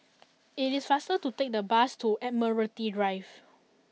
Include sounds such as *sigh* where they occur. *noise* it is faster to take the bus to Admiralty Drive